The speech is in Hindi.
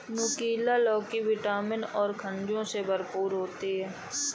नुकीला लौकी विटामिन और खनिजों से भरपूर होती है